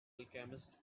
alchemist